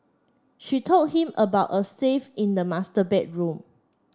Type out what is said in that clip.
she told him about a safe in the master bedroom